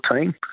team